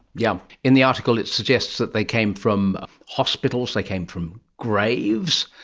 yeah in the article it suggests that they came from hospitals, they came from graves,